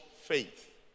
faith